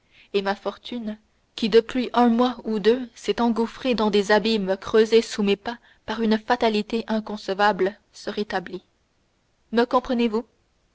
et ma fortune qui depuis un mois ou deux s'est engouffrée dans des abîmes creusés sous mes pas par une fatalité inconcevable se rétablit me comprenez-vous